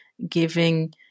giving